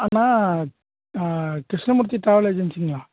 அண்ணா Krishnamurthy travel ஏஜென்சிங்களா